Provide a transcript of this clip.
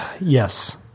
yes